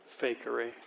fakery